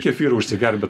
kefyru užsigert bet